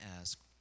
ask